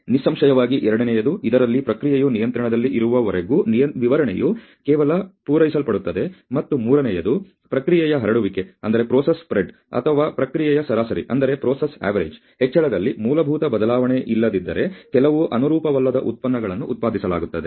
ನಿಸ್ಸಂಶಯವಾಗಿ ಎರಡನೆಯದು ಇದರಲ್ಲಿ ಪ್ರಕ್ರಿಯೆಯು ನಿಯಂತ್ರಣದಲ್ಲಿ ಇರುವವರೆಗೂ ವಿವರಣೆಯು ಕೇವಲ ಪೂರೈಸಲ್ಪಡುತ್ತದೆ ಮತ್ತು ಮೂರನೆಯದು ಪ್ರಕ್ರಿಯೆಯ ಹರಡುವಿಕೆ ಅಥವಾ ಪ್ರಕ್ರಿಯೆಯ ಸರಾಸರಿ ಹೆಚ್ಚಳದಲ್ಲಿ ಮೂಲಭೂತ ಬದಲಾವಣೆಯಿಲ್ಲದಿದ್ದರೆ ಕೆಲವು ಅನುರೂಪವಲ್ಲದ ಉತ್ಪನ್ನಗಳನ್ನು ಉತ್ಪಾದಿಸಲಾಗುತ್ತದೆ